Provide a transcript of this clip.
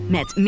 Met